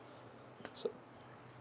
so